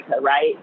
right